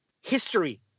history